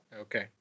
Okay